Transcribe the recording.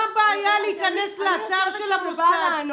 מה הבעיה להיכנס לאתר של המוסד?